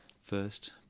first